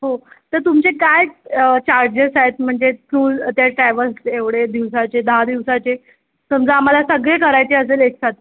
हो तर तुमचे काय चार्जेस आहेत म्हणजे टूर त्या ट्रॅवल्सचे एवढे दिवसाचे दहा दिवसाचे समजा आम्हाला सगळे करायचे असेल एकसाथ